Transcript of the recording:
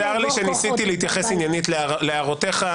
צר לי שניסיתי להתייחס עניינית להערותיך,